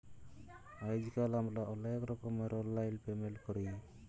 আইজকাল আমরা অলেক রকমের অললাইল পেমেল্ট ক্যরি